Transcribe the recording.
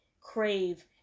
crave